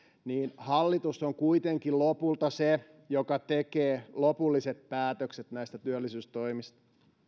niin hallitus on kuitenkin lopulta se joka tekee lopulliset päätökset näistä työllisyystoimista